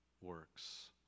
works